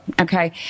okay